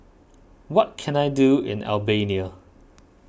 what can I do in the Albania